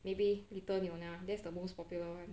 maybe little nonya that's the most popular one